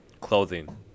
clothing